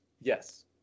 Yes